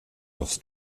offs